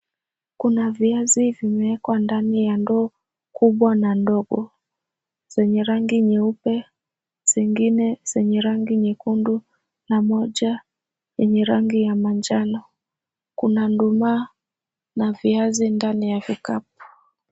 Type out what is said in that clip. Kuna viazi zimewekwa ndani ya ndoo kubwa na ndogo zenye rangi nyeupe zingine zenye rangi nyekundu na moja yenye rangi ya manjano kuna nduma na viazi ndani ya kikapu.